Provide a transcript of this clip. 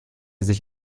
sich